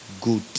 good